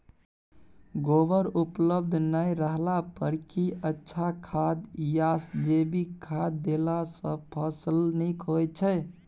गोबर उपलब्ध नय रहला पर की अच्छा खाद याषजैविक खाद देला सॅ फस ल नीक होय छै?